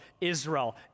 Israel